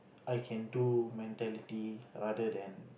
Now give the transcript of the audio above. I can do mentality rather than